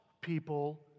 people